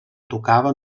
tocava